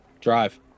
Drive